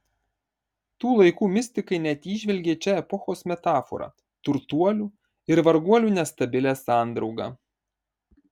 tų laikų mistikai net įžvelgė čia epochos metaforą turtuolių ir varguolių nestabilią sandraugą